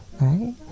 Right